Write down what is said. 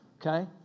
okay